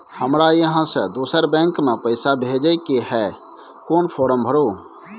हमरा इहाँ से दोसर बैंक में पैसा भेजय के है, कोन फारम भरू?